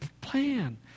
plan